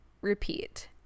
repeat